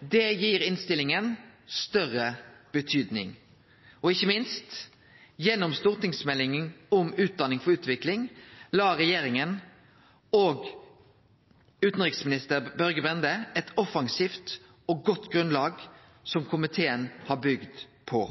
Det gir innstillinga større betydning. Og ikkje minst: Gjennom stortingsmeldinga om utdanning for utvikling la regjeringa og utanriksminister Børge Brende eit offensivt og godt grunnlag som komiteen har bygd på.